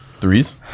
Threes